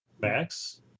Max